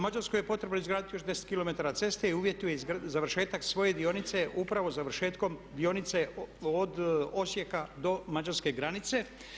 Mađarskoj je potrebno izgraditi još 10 km ceste i uvjetuje završetak svoje dionice upravo završetkom dionice od Osijeka do mađarske granice.